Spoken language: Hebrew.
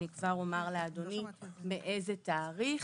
אני כבר אומר לאדוני מאיזה תאריך,